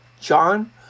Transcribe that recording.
John